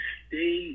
stay